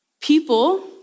people